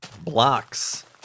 blocks